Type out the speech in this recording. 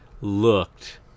looked